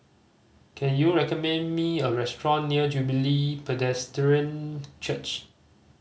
can you recommend me a restaurant near Jubilee Presbyterian Church